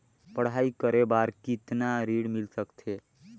पढ़ाई करे बार कितन ऋण मिल सकथे?